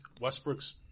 Westbrook's